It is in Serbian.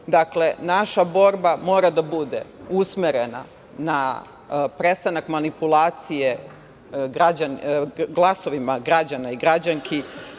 naša borba mora da bude usmerena na prestanak manipulacije glasovima građana i građanki,